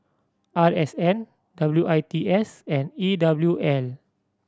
R S N W I T S and E W L